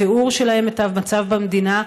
התיאור שלהם את המצב במדינה,